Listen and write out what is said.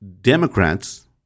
Democrats